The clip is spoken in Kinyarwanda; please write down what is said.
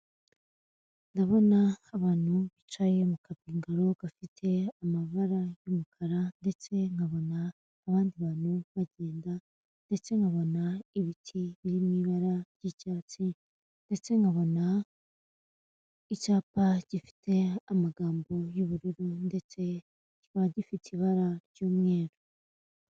Ndabona abantu bicaye mu kabingaro gafite amabara y'umukara ndetse nkabona abandi bantu bagenda ndetse nkabona ibiti biri mu ibara ry'icyatsi ndetse nkabona icyapa gifite amagambo y'ubururu ndetse kikaba gifite ibara ry'umweru.